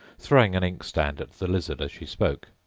throwing an inkstand at the lizard as she spoke.